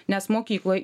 nes mokykloj